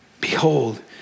Behold